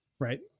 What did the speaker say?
Right